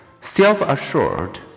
self-assured